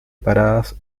paradas